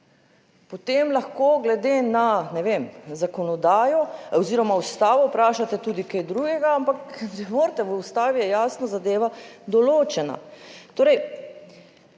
Potem lahko glede na, ne vem, zakonodajo oziroma Ustavo vprašate tudi kaj drugega, ampak če morate, v Ustavi je jasno zadeva določena.